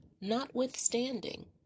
notwithstanding